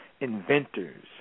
Inventors